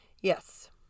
Yes